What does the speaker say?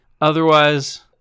Otherwise